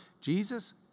Jesus